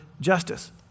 justice